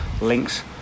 links